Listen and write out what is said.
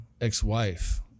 ex-wife